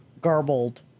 garbled